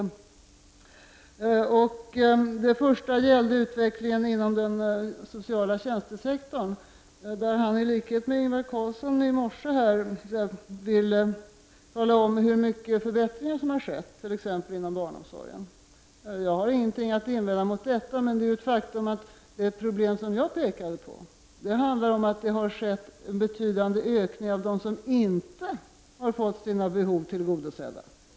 Det första gäller utvecklingen inom den sociala tjänstesektorn, där han i likhet med vad Ingvar Carlsson sade i morse, vill tala om hur mycket förbättringar som har skett, t.ex. inom barnomsorgen. Jag har inget att invända mot detta. Det är dock ett faktum att de problem som jag pekade på gäller att det har skett en betydande ökning av dem som inte har fått sina behov tillgodosedda.